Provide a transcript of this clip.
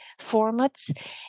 formats